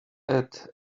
add